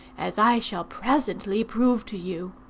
as i shall presently prove to you.